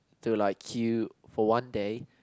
to like kill for one day